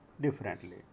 differently